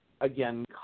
again